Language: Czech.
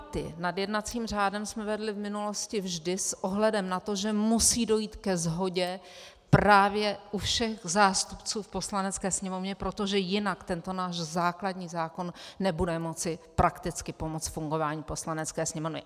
Debaty nad jednacím řádem jsme vedli v minulosti vždy s ohledem na to, že musí dojít ke shodě právě u všech zástupců v Poslanecké sněmovně, protože jinak tento náš základní zákon nebude moci prakticky pomoci fungování Poslanecké sněmovny.